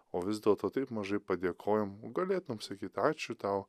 o vis dėlto taip mažai padėkojom galėtum sakyt ačiū tau